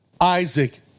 Isaac